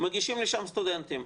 מגישים לשם סטודנטים,